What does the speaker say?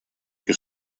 que